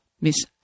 Miss